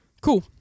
Cool